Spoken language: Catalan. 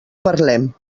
parlem